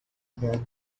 gang